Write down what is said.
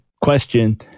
question